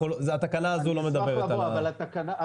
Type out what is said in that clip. התקנה הזו לא מדברת על --- אבל החוק